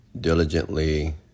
diligently